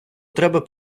треба